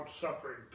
suffering